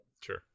Sure